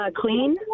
Clean